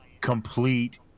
complete